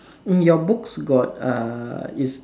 your books got uh is